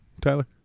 tyler